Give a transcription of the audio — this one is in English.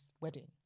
wedding